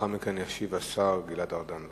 ולאחר מכן ישיב השר גלעד ארדן.